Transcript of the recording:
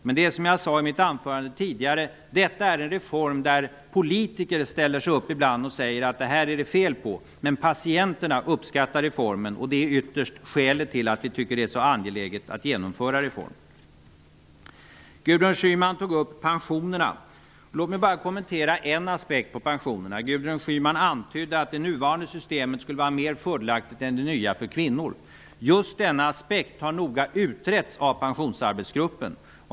Men, som jag sade i mitt anförande tidigare, detta är en reform där politiker ibland ställer sig upp och säger att det är fel på detta. Men patienterna uppskattar reformen. Det är det yttersta skälet till att vi tycker att det är så angeläget att genomföra den. Gudrun Schyman tog upp pensionerna. Låt mig bara kommentera en aspekt på pensionerna. Gudrun Schyman antydde att det nuvarande systemet skulle vara mer fördelaktigt för kvinnor än det nya systemet. Just denna aspekt har noga utretts av pensionsarbetsgruppen.